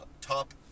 top